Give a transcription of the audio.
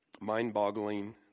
mind-boggling